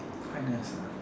quite nice ah